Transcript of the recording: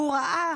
הוא ראה